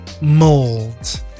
mold